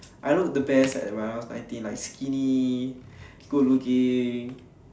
I looked the best when I was in I_T_E like skinny good looking